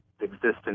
existence